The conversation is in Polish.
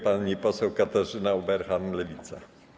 Pani poseł Katarzyna Ueberhan, Lewica.